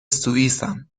سوئیسم، شش